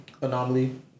Anomaly